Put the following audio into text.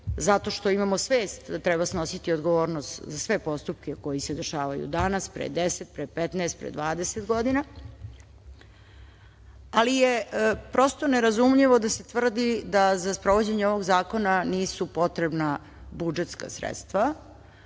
zato što imamo svest da treba snositi odgovornost za sve postupke koji se dešavaju danas, pre 10, 15, 20 godina, ali je nerazumljivo da se tvrdi da za sprovođenje ovog zakona nisu potrebna budžetska sredstva.